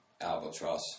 albatross